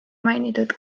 mainitud